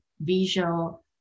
visual